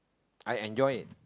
I enjoy it